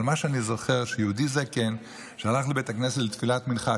אבל מה שאני זוכר זה שיהודי זקן שהלך לבית הכנסת לתפילת מנחה,